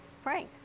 Frank